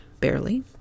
barely